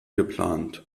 geplant